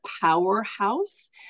powerhouse